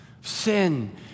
sin